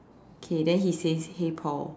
okay then he says hey Paul